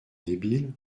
débile